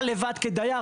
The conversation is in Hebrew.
אתה לבד כדייר,